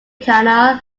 canal